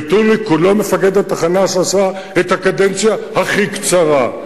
וטוניק הוא לא מפקד התחנה שעשה את הקדנציה הכי קצרה.